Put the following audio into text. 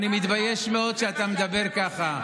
אני מתבייש מאוד שאתה מדבר ככה.